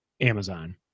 Amazon